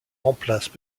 remplacent